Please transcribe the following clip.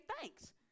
thanks